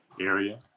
area